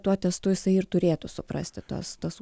tuo testu jisai ir turėtų suprasti tas tas